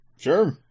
Sure